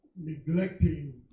neglecting